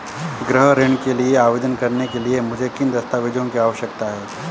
गृह ऋण के लिए आवेदन करने के लिए मुझे किन दस्तावेज़ों की आवश्यकता है?